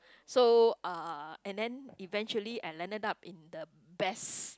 so uh and then eventually I landed up in the best